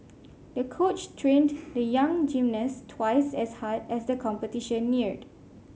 the coach trained the young gymnast twice as hard as the competition neared